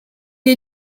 est